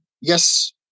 Yes